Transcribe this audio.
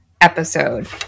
episode